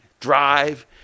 drive